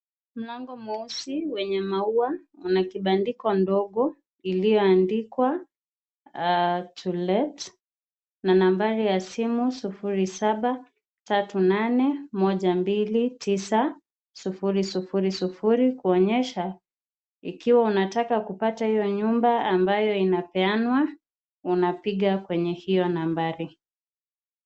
Mlango mweusi wenye maua ina kibandiko ndogo iliyoandikwa To Let na nambari ya simu 0738 129 000 kuonyesha ikiwa unataka kupata hiyo nyumba ambayo inapeanwa unapiga kwenye hiyo nambari.